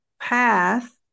path